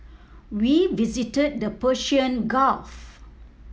we visited the Persian Gulf